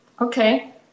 Okay